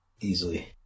easily